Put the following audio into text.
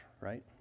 right